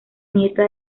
nieta